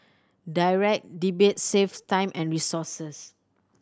Direct Debit saves time and resources